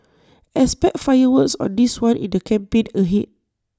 expect fireworks on this one in the campaign ahead